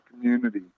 community